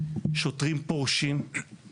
שוטרים פורשים,